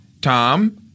Tom